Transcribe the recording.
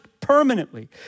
permanently